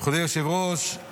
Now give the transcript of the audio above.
מכובדי היושב-ראש,